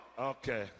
Okay